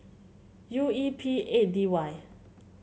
U E P eight D Y